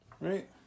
right